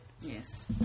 Yes